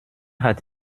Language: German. hat